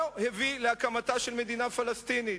לא הביא להקמתה של מדינה פלסטינית.